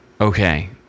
Okay